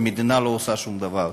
והמדינה לא עושה שום דבר.